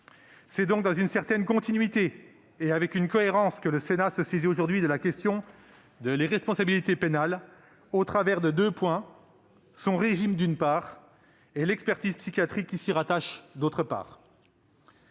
C'est donc dans une certaine continuité et avec cohérence que le Sénat se saisit aujourd'hui de la question de l'irresponsabilité pénale au travers de deux points : son régime, d'une part, et l'expertise psychiatrique qui s'y rattache, d'autre part.